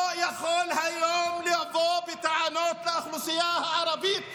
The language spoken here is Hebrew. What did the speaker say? לא יכול לבוא היום בטענות לאוכלוסייה הערבית,